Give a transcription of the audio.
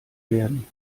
werden